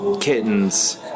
kittens